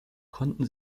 konnten